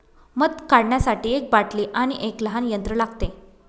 मध काढण्यासाठी एक बाटली आणि एक लहान यंत्र लागते